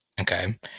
Okay